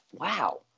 wow